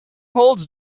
holds